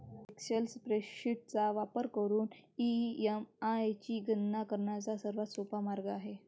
Excel spreadsheet चा वापर करून ई.एम.आय ची गणना करण्याचा सर्वात सोपा मार्ग आहे